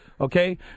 Okay